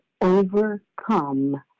overcome